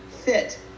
fit